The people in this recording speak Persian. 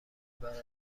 برابر